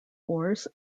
wars